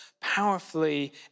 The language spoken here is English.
powerfully